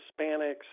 Hispanics